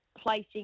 placing